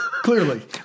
Clearly